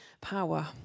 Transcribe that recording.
power